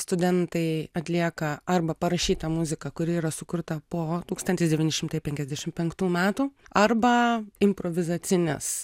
studentai atlieka arba parašytą muziką kuri yra sukurta po tūkstantis devyni šimtai penkiasdešim penktų metų arba improvizacinės